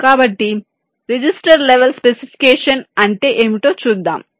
కాబట్టి register level specification అంటే ఏమిటో చూద్దాం